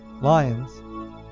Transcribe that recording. Lions